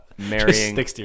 marrying